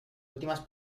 últimas